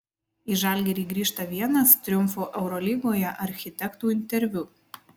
į žalgirį grįžta vienas triumfo eurolygoje architektų interviu